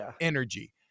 energy